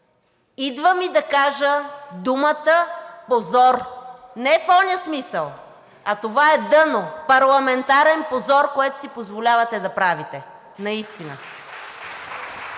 Идва ми да кажа думата позор, не в онзи смисъл, а това е дъно, парламентарен позор, което си позволявате да правите. Наистина.